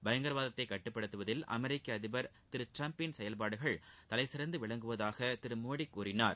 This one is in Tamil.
பயங்கரவாதத்தை கட்டுப்படுத்துவதில் அமெரிக்க அதிபா் திரு ட்டிரம்பின் செயல்பாடுகள் தலை சிறந்து விளங்குவதாக திரு மோடி கூறினார்